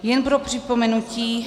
Jen pro připomenutí.